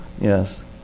yes